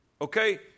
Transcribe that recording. Okay